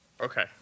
Okay